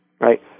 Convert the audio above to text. right